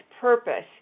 purpose